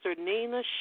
Nina